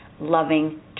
loving